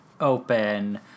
open